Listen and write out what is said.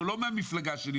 שהוא לא מן המפלגה שלי,